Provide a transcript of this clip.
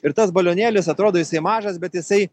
ir tas balionėlis atrodo jisai mažas bet jisai